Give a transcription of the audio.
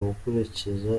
gukurikiza